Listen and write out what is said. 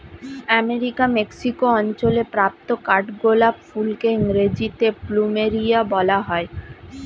আমেরিকার মেক্সিকো অঞ্চলে প্রাপ্ত কাঠগোলাপ ফুলকে ইংরেজিতে প্লুমেরিয়া বলা হয়